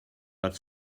but